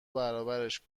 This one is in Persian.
برابرش